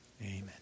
Amen